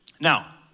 Now